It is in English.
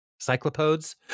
cyclopodes